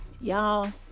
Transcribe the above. y'all